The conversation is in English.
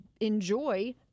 enjoy